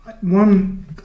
one